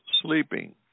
sleeping